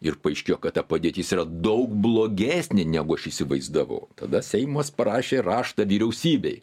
ir paaiškėjo kad ta padėtis yra daug blogesnė negu aš įsivaizdavau tada seimas parašė raštą vyriausybei